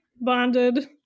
bonded